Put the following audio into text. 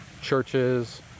churches